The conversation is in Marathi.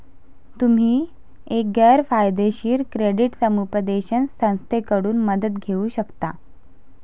तुम्ही एक गैर फायदेशीर क्रेडिट समुपदेशन संस्थेकडून मदत घेऊ शकता